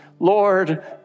Lord